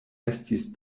estis